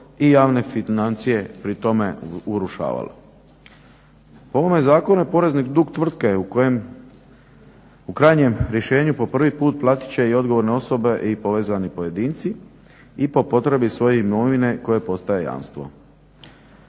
i javne financije pri tome urušavalo. Po ovome Zakonu je porezni dug tvrtke u kojem u krajnjem rješenju po prvi put platit će i odgovorne osobe i povezani pojedinci i po potrebi svoje imovine koja postaje jamstvo.